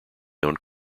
owned